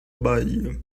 baía